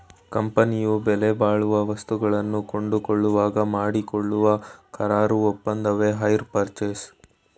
ಕಂಪನಿಯು ಬೆಲೆಬಾಳುವ ವಸ್ತುಗಳನ್ನು ಕೊಂಡುಕೊಳ್ಳುವಾಗ ಮಾಡಿಕೊಳ್ಳುವ ಕರಾರು ಒಪ್ಪಂದವೆ ಹೈರ್ ಪರ್ಚೇಸ್